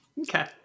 okay